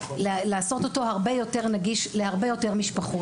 לעשות אותו הרבה יותר נגיש להרבה יותר משפחות.